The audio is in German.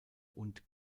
und